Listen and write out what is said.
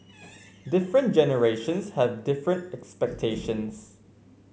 different generations have different expectations